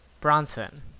Bronson